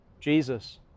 Jesus